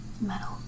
metal